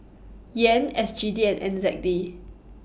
Yen S G D and N Z D